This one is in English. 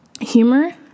humor